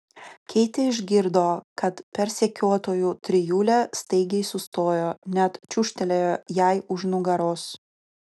keitė išgirdo kad persekiotojų trijulė staigiai sustojo net čiūžtelėjo jai už nugaros